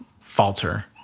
falter